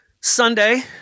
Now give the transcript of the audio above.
Sunday